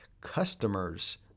Customers